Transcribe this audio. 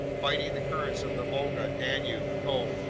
fighting the currents of the volga, danube, po,